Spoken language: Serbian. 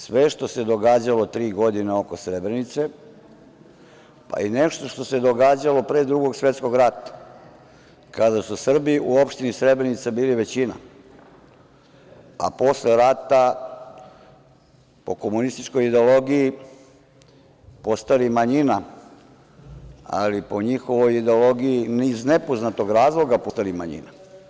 Sve što se događalo tri godine oko Srebrenice, pa i nešto što se događalo pre Drugog svetskog rata, kada su Srbi u Opštini Srebrenica bili većina, a posle rata, po komunističkoj ideologiji, postali manjina, ali po njihovoj ideologiji, iz nepoznatog razloga, postali manjina.